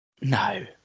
no